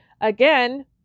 Again